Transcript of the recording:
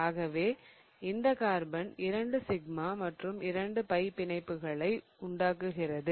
ஆகவே இந்த carbon 2 sigma மற்றும் 2 பை பிணைப்புகளை உண்டாக்குகிறது